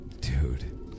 Dude